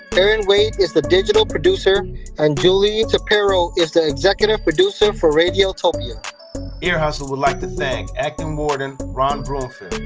erin wade is the digital producer and julie shapiro is the executive producer for radiotopia ear hustle would like to thank acting warden, ron broomfield,